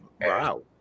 Wow